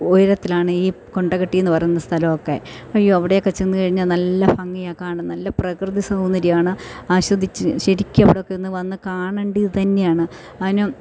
ഉയരത്തിലാണ് ഈ കൊണ്ടകെട്ടി എന്ന് പറയുന്ന സ്ഥലം ഒക്കെ അയ്യോ അവിടെയൊക്കെ ചെന്ന് കഴിഞ്ഞാൽ നല്ല ഭംഗിയാ കാണാൻ നല്ല പ്രകൃതി സൗന്ദര്യമാണ് ആസ്വദിച്ച് ശരിക്കും അവിടെയൊക്കെ വന്ന് കാണേണ്ടത് തന്നെയാണ് അതിന്